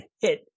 hit